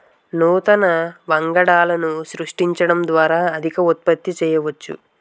నూతన వంగడాలను సృష్టించడం ద్వారా అధిక ఉత్పత్తి చేయవచ్చు